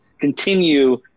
Continue